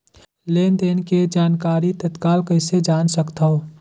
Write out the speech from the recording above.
लेन देन के जानकारी तत्काल कइसे जान सकथव?